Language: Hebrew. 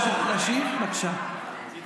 פוגעים בילדים, תתבייש.